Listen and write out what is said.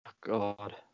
god